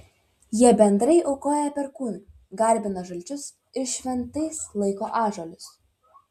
jie bendrai aukoja perkūnui garbina žalčius ir šventais laiko ąžuolus